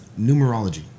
numerology